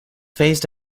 phased